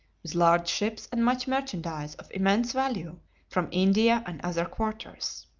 with large ships and much merchandise of immense value from india and other quarters.